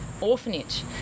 orphanage